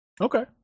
Okay